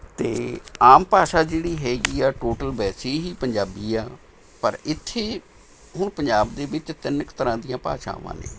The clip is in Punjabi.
ਅਤੇ ਆਮ ਭਾਸ਼ਾ ਜਿਹੜੀ ਹੈ ਇਹ ਟੋਟਲ ਵੈਸੇ ਹੀ ਪੰਜਾਬੀ ਹੈ ਪਰ ਇੱਥੇ ਹੁਣ ਪੰਜਾਬ ਦੇ ਵਿੱਚ ਤਿੰਨ ਕੁ ਤਰ੍ਹਾਂ ਦੀਆਂ ਭਾਸ਼ਾਵਾਂ ਨੇੇ